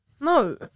No